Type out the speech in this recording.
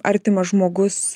artimas žmogus